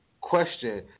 question